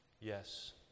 Yes